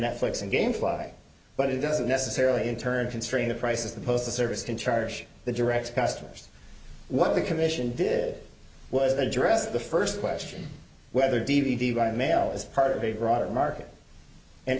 netflix and game fly but it doesn't necessarily in turn constrain the price of the postal service can charge the direct customers what the commission did was address the first question whether d v d by mail is part of a broader market and